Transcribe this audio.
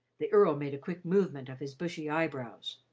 the earl made a quick movement of his bushy eyebrows.